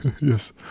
Yes